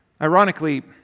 Ironically